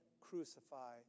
crucify